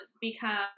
become